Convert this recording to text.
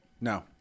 no